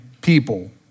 people